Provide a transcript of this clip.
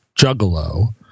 juggalo